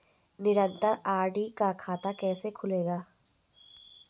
निरन्तर आर.डी का खाता कैसे खुलेगा?